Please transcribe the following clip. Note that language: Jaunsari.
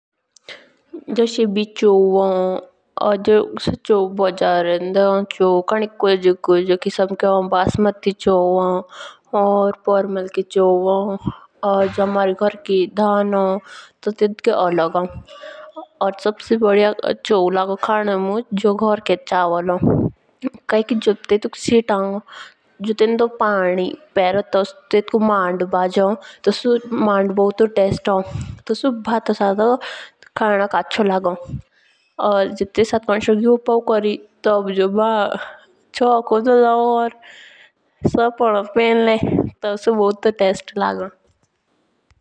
जूस एभी चौं होन रो जो से बजारोंदे होन चौंखियानी कुंजे कुंजे किसम के हो चौं। बैश माटी चौं होन या जो हमारे घर के धन हो तो टेटके लोग होन। या सबसे बढ़िया ब्लागों खानो मुन्हा जो घर के चौ होन।